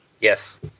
Yes